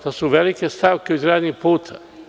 To su velike stavke u izgradnji puta.